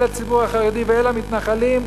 אל הציבור החרדי ואל המתנחלים.